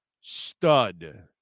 stud